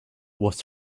was